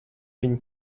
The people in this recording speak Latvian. viņa